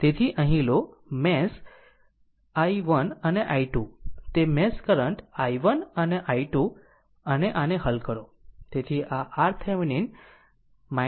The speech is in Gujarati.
તેથી અહીં લો 2 મેશ i1અને i2 તે મેશ કરંટ i1 અને i2 અને આને હલ કરો